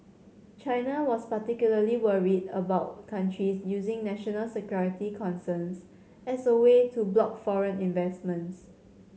China was particularly worried about countries using national security concerns as a way to block foreign investments